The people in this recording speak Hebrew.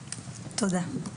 תודה.